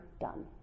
done